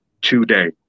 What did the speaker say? today